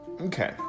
Okay